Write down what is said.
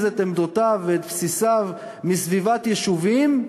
את עמדותיו ואת בסיסיו מסביבת יישובים,